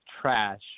trash